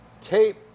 tape